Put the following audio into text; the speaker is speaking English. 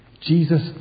Jesus